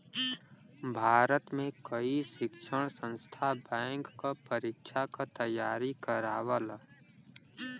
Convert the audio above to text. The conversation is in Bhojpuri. भारत में कई शिक्षण संस्थान बैंक क परीक्षा क तेयारी करावल